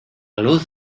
luz